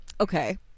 Okay